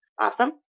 Awesome